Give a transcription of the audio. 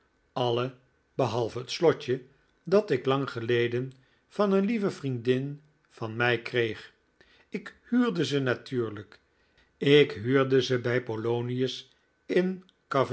alle behalve het slotje dat ik lang geleden van een lieve vriendin van mij kreeg ik huurde ze natuurlijk ik huurde ze bij polonius in